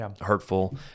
hurtful